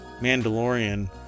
Mandalorian